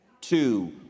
two